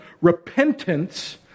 repentance